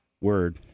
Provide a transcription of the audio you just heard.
Word